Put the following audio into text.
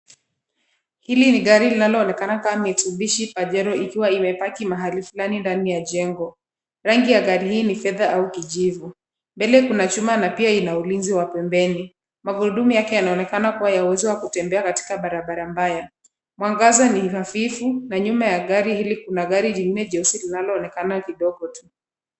Hili ni gari linaloonekana kama mitsubishi pajero ikiwa limepaki mahali fulani ndani ya jengo. Rangi ya gari hii ni fedha au kijivu. Mbele kuna chuma na pia ulinzi wa pembeni. Magurudumu yake yanaonekana kuwa ya uwezo wa kutembea katika barabara mbaya. Mwangaza ni hafifu na nyuma ya gari hili kuna gari jingine jeusi linaloonekana kidogo.